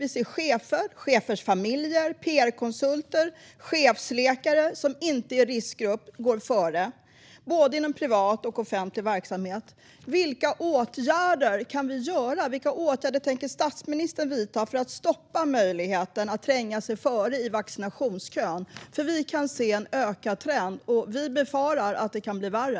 Vi ser chefer, chefers familjer, pr-konsulter och chefsläkare som inte är i riskgrupp gå före både inom privat och inom offentlig verksamhet. Vilka åtgärder tänker statsministern vidta för att stoppa möjligheten att tränga sig före i vaccinationskön? Vi kan se en ökad trend, och vi befarar att det kan bli värre.